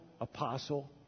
Apostle